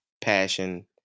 passion